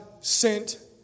sent